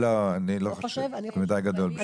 אני לא חושב, זה גדול מדי בשבילם.